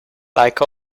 like